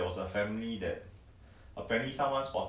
yea the swimming pool one right we are talking about it